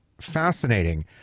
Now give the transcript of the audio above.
fascinating